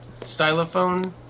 stylophone